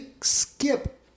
skip